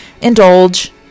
indulge